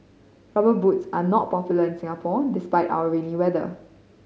Rubber Boots are not popular in Singapore despite our rainy weather